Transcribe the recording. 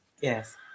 Yes